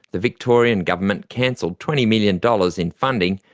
the victorian government cancelled twenty million dollars in funding,